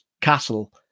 castle